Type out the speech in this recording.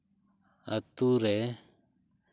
ᱟᱛᱳ ᱨᱮ